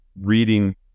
reading